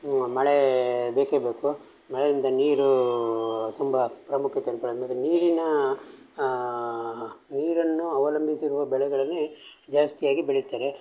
ಮಳೆ ಬೇಕೇ ಬೇಕು ಮಳೆಯಿಂದ ನೀರು ತುಂಬ ಪ್ರಾಮುಖ್ಯತೆಯನ್ನ ನೀರಿನ ನೀರನ್ನು ಅವಲಂಬಿಸಿರುವ ಬೆಳೆಗಳನ್ನೇ ಜಾಸ್ತಿಯಾಗಿ ಬೆಳಿತಾರೆ